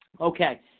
Okay